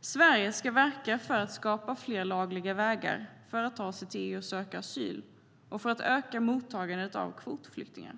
Sverige ska verka för att skapa fler lagliga vägar för att ta sig till EU och söka asyl och för att öka mottagandet av kvotflyktingar.